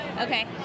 Okay